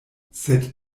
sed